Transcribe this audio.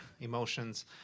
emotions